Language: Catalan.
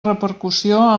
repercussió